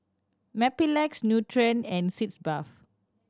Mepilex Nutren and Sitz Bath